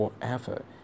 forever